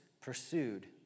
pursued